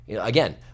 again